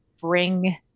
bring